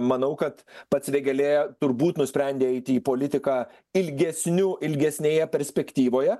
manau kad pats vėgėlė turbūt nusprendė eiti į politiką ilgesniu ilgesnėje perspektyvoje